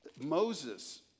Moses